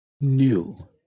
new